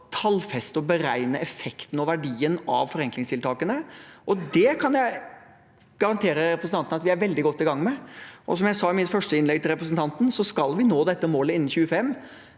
tallfeste og beregne effekten og verdien av forenklingstiltakene, og det kan jeg garantere representanten at vi er veldig godt i gang med. Som jeg sa i mitt første innlegg til representanten, skal vi nå dette målet innen 2025.